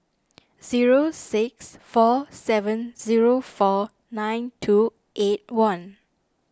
zero six four seven zero four nine two eight one